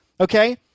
okay